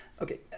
Okay